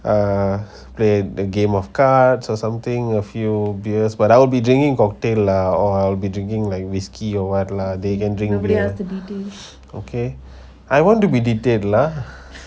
err play the game of cards or something a few beers but I'll be drinking cocktail lah or I'll be drinking like whiskey or what lah they can drink over there okay I want to be detail lah